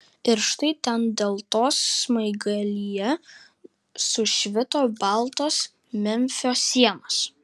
ir štai ten deltos smaigalyje sušvito baltos memfio sienos